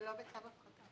זה לא בצו הפחתה.